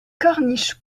corniche